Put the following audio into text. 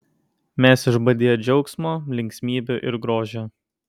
mes išbadėję džiaugsmo linksmybių ir grožio